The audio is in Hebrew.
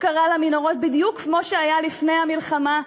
הפקרה למנהרות בדיוק כמו שהיה לפני המלחמה,